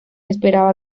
esperaba